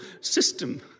system